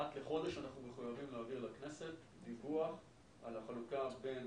אחת לחודש אנחנו מחויבים להעביר לכנסת דיווח על החלוקה בין